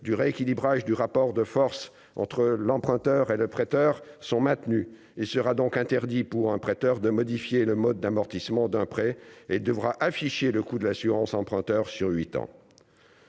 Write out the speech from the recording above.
du rééquilibrage du rapport de force entre l'emprunteur et le prêteur sont maintenus et sera donc interdit pour un prêteur de modifier le mode d'amortissement d'un prêt et devra afficher le coût de l'assurance emprunteur sur 8 ans.